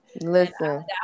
listen